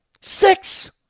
Six